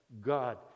God